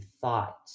thought